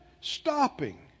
stopping